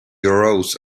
arose